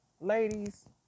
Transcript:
ladies